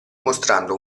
mostrando